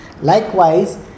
Likewise